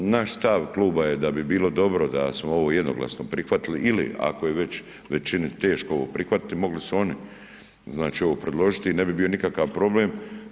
Naš stav kluba je da bi bilo dobro da smo ovo jednoglasno prihvatili ili ako je već većini teško ovo prihvatiti, mogli su oni ovo predložiti i ne bi bio nikakav problem.